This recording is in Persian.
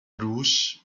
روش